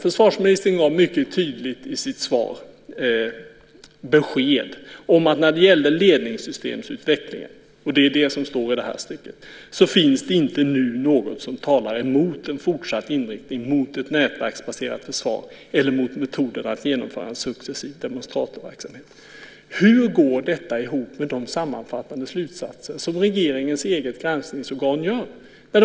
Försvarsministern gav i sitt svar mycket tydligt besked när det gäller ledningssystemutvecklingen, vilket står i det här stycket, att det finns "inte nu något som talar emot fortsatt inriktning mot ett nätverksbaserat försvar, eller mot metoden att genomföra en successiv demonstratorverksamhet". Hur går detta ihop med de sammanfattande slutsatser som regeringens eget granskningsorgan drar?